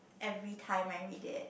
everytime I read it